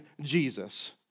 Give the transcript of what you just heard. Jesus